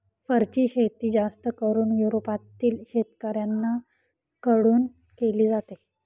फरची शेती जास्त करून युरोपातील शेतकऱ्यांन कडून केली जाते